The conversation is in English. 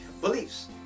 beliefs